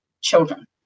children